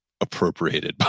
appropriated